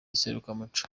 serukiramuco